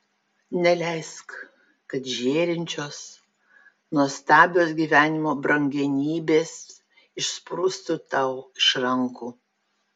neleisk kad žėrinčios nuostabios gyvenimo brangenybės išsprūstų tau iš rankų